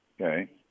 Okay